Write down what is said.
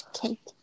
cake